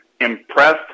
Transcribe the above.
impressed